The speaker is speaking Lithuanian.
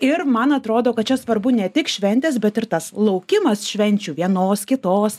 ir man atrodo kad čia svarbu ne tik šventės bet ir tas laukimas švenčių vienos kitos